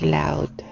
loud